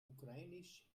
ukrainisch